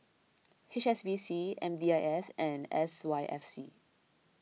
H S B C M D I S and S Y F C